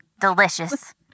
delicious